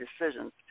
decisions